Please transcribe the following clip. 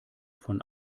von